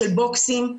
של בוקסים.